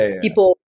people